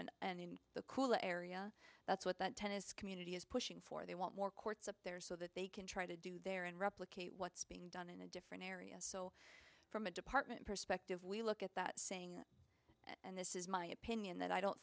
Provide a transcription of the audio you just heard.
and and in the cool area that's what the tennis community is pushing for they want more courts up there so that they can try to do there and replicate what's being done in a different area so from a department perspective we look at that saying it and this is my opinion that i don't